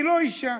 אני לא אישה.